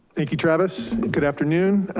thank you, travis, good afternoon,